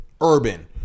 urban